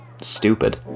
stupid